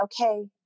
okay